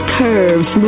curves